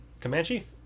Comanche